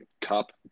cup